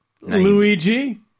Luigi